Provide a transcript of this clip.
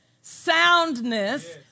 soundness